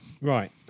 Right